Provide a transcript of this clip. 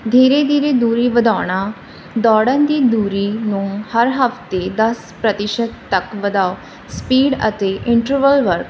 ਦੀਰੇ ਦੀਰੇ ਦੂਰੀ ਵਧਾਉਣਾ ਦੌੜਨ ਦੀ ਦੂਰੀ ਨੂੰ ਹਰ ਹਫ਼ਤੇ ਦਸ ਪ੍ਰਤੀਸ਼ਤ ਤੱਕ ਵਧਾਓ ਸਪੀਡ ਅਤੇ ਇੰਟਰਵਲ ਵਰਕ